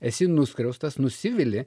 esi nuskriaustas nusivili